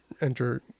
enter